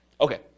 Okay